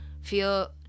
feel